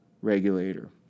Regulator